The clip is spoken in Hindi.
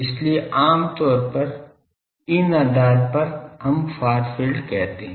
इसलिए आम तौर पर इन आधार पर हम फार फील्ड कहते हैं